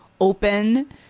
open